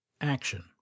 Action